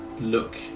look